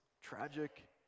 tragic